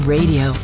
Radio